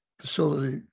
facility